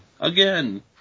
again